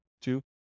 Two